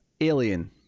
alien